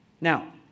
Now